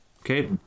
Okay